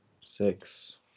Six